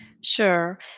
Sure